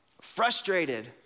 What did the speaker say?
frustrated